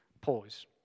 Pause